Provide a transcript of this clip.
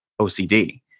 OCD